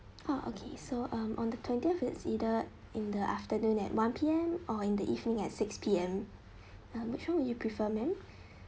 ah okay so um on the twentieth it's either in the afternoon at one P_M or in the evening at six P_M um which one would you prefer ma'am